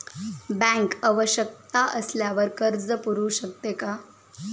Bank आवश्यकता असल्यावर कर्ज पुरवू शकते का?